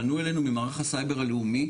פנו אלינו ממערך הסייבר הלאומי,